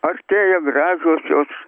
artėja gražiosios